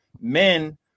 Men